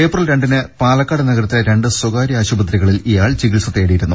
April രണ്ടിന് പാലക്കാട് നഗരത്തിലെ രണ്ട് സ്വകാര്യ ആശുപത്രികളിൽ ഇയാൾ ചികിത്സ തേടിയിരുന്നു